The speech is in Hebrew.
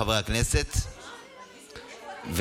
חברי הכנסת,